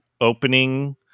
opening